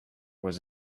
was